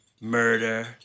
murder